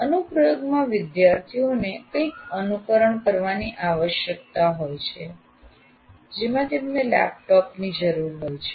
અનુપ્રયોગમાં વિદ્યાર્થીઓને કંઈક અનુકરણ કરવાની આવશ્યકતા હોય છે જેમાં તેમને લેપટોપ ની જરૂર હોય છે